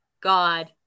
god